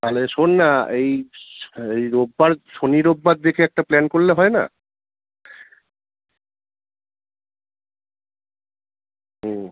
তাহলে শোন না এই এই রবিবার শনি রবিবার দেখে একটা প্ল্যান করলে হয় না হুম